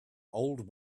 old